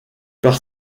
par